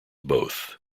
both